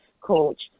coach